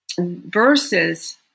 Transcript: Verses